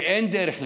אין דרך לתקנו,